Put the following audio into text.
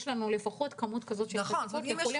יש לנו לפחות כמות כזאת של חולה מאומת,